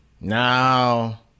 now